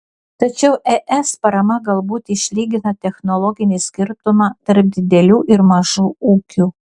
tačiau es parama galbūt išlygina technologinį skirtumą tarp didelių ir mažų ūkių